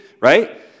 Right